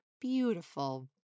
Beautiful